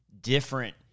different